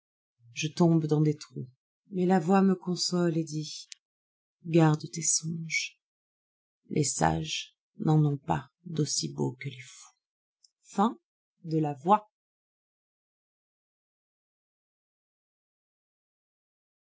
je tombe dans des trous mais la voix me console et dit garde tes songes les sages n'en ont pas d'aussi beaux que les fousl